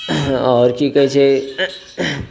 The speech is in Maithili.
आओर की कहै छै